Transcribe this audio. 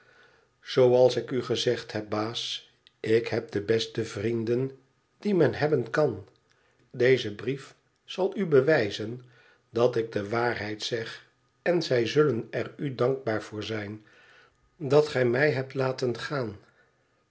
oals ik u gezegd heb baas ik heb de beste vrienden die men hebben kan deze brief zal u bewijzen dat ik de waarheid zeg en zij zullen er u dankbaar voor zijn dat gij mij hebt laten gaan